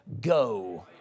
go